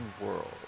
world